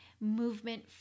movement